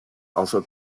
also